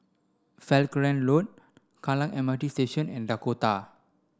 Falkland Road Kallang M R T Station and Dakota